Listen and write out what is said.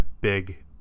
big